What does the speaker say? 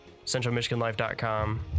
CentralMichiganLife.com